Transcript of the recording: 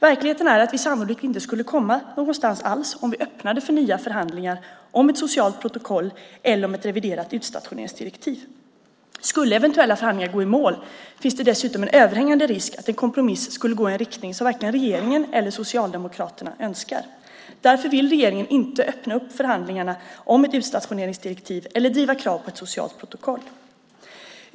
Verkligheten är att vi sannolikt inte skulle komma någonstans alls om vi öppnade för nya förhandlingar om ett socialt protokoll eller om ett reviderat utstationeringsdirektiv. Skulle eventuella förhandlingar gå i mål finns det dessutom en överhängande risk att en kompromiss skulle gå i en riktning som varken regeringen eller Socialdemokraterna önskar. Därför vill regeringen inte öppna upp förhandlingarna om ett utstationeringsdirektiv eller driva krav på ett socialt protokoll.